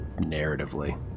narratively